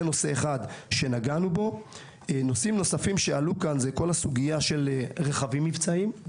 נושאים נוספים שעלו כאן: רכבים מבצעיים,